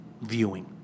viewing